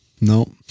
No